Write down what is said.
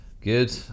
Good